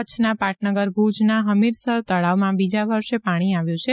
કચ્છના પાટનગર ભૂજના હમીરસર તળાવમાં બીજા વર્ષે પાણી આવ્યું છે